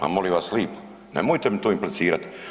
A molim vas lipo, nemojte mi to implicirati.